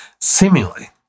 seemingly